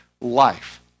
life